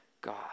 God